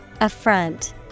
Affront